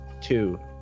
two